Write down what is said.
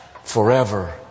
Forever